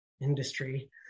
industry